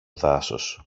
δάσος